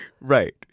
Right